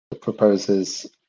proposes